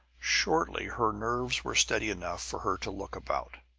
shortly her nerves were steady enough for her to look about,